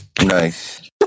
Nice